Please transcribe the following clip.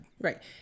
Right